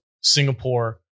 Singapore